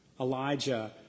Elijah